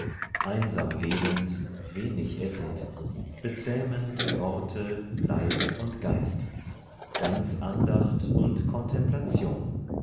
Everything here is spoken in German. einsam lebend wenig essend bezähmend worte leib und geist ganz andacht und kontemplation